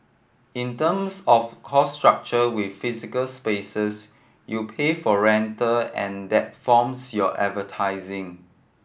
in terms of cost structure with physical spaces you pay for rental and that forms your advertising